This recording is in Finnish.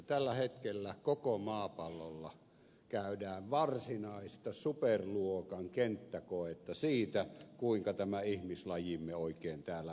tällä hetkellä koko maapallolla käydään varsinaista superluokan kenttäkoetta siitä kuinka tämä ihmislajimme oikein täällä pärjää